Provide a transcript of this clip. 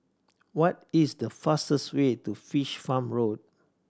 what is the fastest way to Fish Farm Road